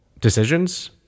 decisions